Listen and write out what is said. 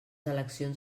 eleccions